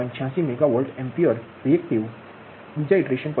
86 megavolt ampere reactive આ બીજા iteration પછીનું છે